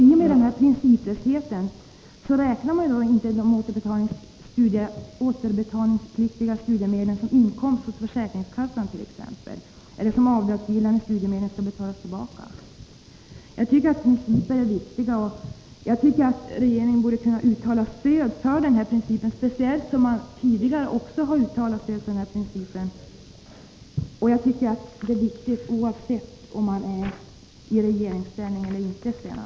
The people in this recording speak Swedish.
I och med denna principlöshet räknas inte de återbetalningspliktiga studiemedlen som inkomst av t.ex. försäkringskassan. De är inte heller avdragsgilla när studiemedlen skall betalas tillbaka. Principer är viktiga, och regeringen borde kunna uttala sitt stöd för principen att studielån inte skall räknas in vid fastställandet av avgifter inom barnomsorgen — speciellt som man tidigare har uttalat ett sådant stöd. Det är viktigt, oavsett om man är i regeringsställning eller inte, Sten Andersson.